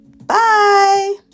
Bye